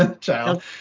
child